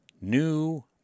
new